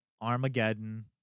Armageddon